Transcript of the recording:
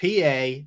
PA